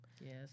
Yes